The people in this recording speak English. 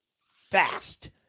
fast